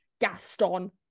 Gaston